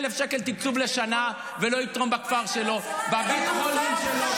חבר הכנסת להב הרצנו, תן לו להמשיך, בבקשה.